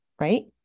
right